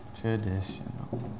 Traditional